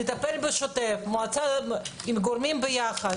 נטפל בשוטף כל הגורמים ביחד.